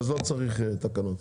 לא צריך תקנות.